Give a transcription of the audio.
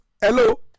hello